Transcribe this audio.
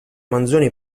manzoni